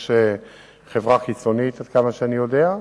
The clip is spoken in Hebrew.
יש חברה חיצונית, עד כמה שאני יודע,